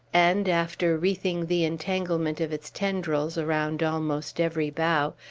and, after wreathing the entanglement of its tendrils around almost every bough,